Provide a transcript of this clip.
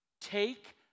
Take